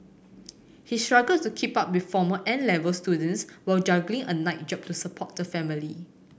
he struggled to keep up with former N Level students while juggling a night job to support the family